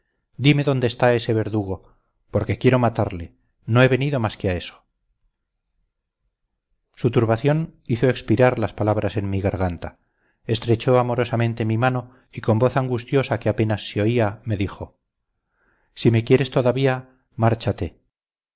dime dónde está ese verdugo porque quiero matarle no he venido más que a eso su turbación hizo expirar las palabras en mi garganta estrechó amorosamente mi mano y con voz angustiosa que apenas se oía me dijo si me quieres todavía márchate